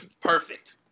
Perfect